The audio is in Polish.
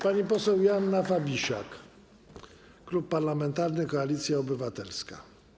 Pani poseł Joanna Fabisiak, Klub Parlamentarny Koalicja Obywatelska.